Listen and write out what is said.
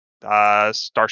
Starship